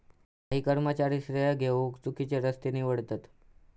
काही कर्मचारी श्रेय घेउक चुकिचे रस्ते निवडतत